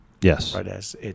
Yes